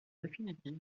définitive